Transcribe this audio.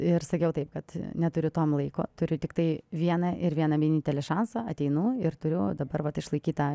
ir sakiau taip kad neturiu tam laiko turiu tiktai vieną ir vieną vienintelį šansą ateinu ir turiu dabar vat išlaikyt tą